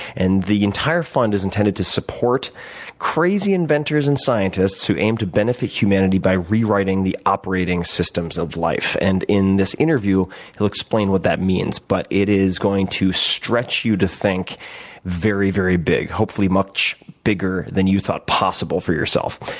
and the entire fund is intended to support crazy inventors and scientists who aim to benefit humanity by rewriting the operating systems of life. and in this interview, he will explain what that means, but it is going to stretch you to think very very big. hopefully, much bigger than you thought possible for yourself.